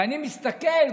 ואני מסתכל,